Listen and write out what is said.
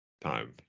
time